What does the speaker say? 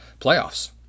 playoffs